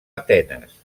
atenes